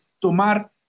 tomar